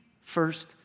first